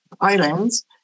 islands